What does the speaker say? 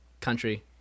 country